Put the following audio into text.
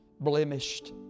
blemished